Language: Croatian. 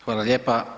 Hvala lijepa.